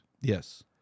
Yes